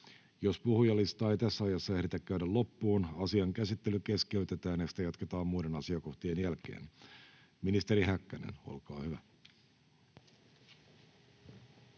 Jos puhujalistaa ei tässä ajassa ehditä käydä loppuun, asian käsittely keskeytetään ja sitä jatketaan muiden asiakohtien jälkeen. — Keskustelu alkaa.